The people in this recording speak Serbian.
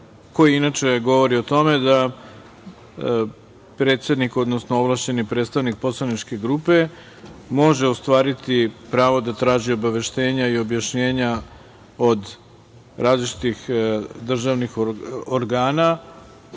koji govori o tome da predsednik, odnosno ovlašćeni predstavnik poslaničke grupe može ostvariti pravo da traži obaveštenja i objašnjenja od različitih državnih organa